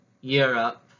Europe